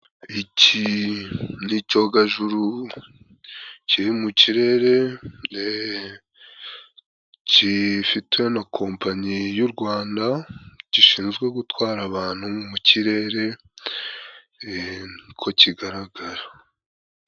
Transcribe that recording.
Iki ni icyogajuru kiri mu kirere gifitwe na kompanyi y'u Rwanda, gishinzwe gutwara abantu mu kirere, ni ko kigaragara.